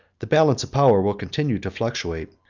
the balance of power will continue to fluctuate,